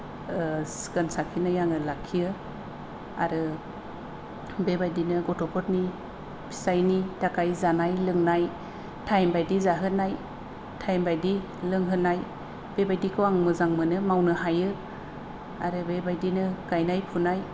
सिखोन साखोनै आङो लाखियो आरो बेबायदिनो गथ'फोरनि फिसायनि थाखाय जानाय लोंनाय टाइम बायदि जाहोनाय टाइम बायदि लोंहोनाय बेबायदिखौ आं मोजां मोनो मावनो हायो आरो बेबायदिनो गायनाय फुनाय